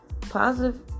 positive